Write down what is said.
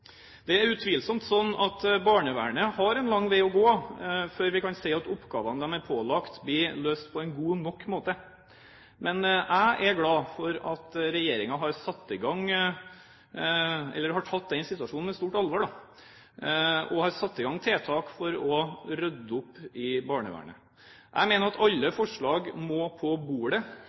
Det er utvilsomt slik at barnevernet har en lang vei å gå før vi kan si at oppgavene de er pålagt, blir løst på en god nok måte. Men jeg er glad for at regjeringen har tatt denne situasjonen på stort alvor og har satt i gang tiltak for å rydde opp i barnevernet. Jeg mener at alle forslag må på bordet